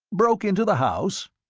broke into the house?